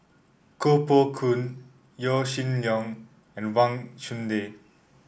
Koh Poh Koon Yaw Shin Leong and Wang Chunde